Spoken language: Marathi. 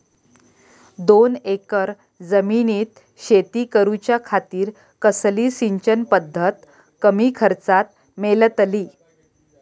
दोन एकर जमिनीत शेती करूच्या खातीर कसली सिंचन पध्दत कमी खर्चात मेलतली?